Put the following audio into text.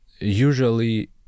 usually